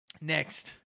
Next